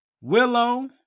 Willow